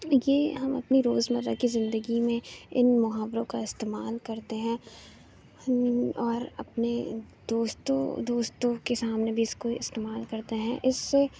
یہ ہم اپنے روزمرہ کی زندگی میں ان محاوروں کا استعمال کرتے ہیں اور اپنے دوستوں دوستوں کے سامنے بھی اس کو استعمال کرتے ہیں اس سے